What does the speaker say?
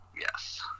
Yes